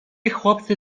chłopcy